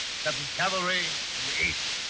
seventh cavalry from the east.